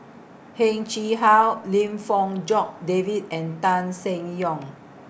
Heng Chee How Lim Fong Jock David and Tan Seng Yong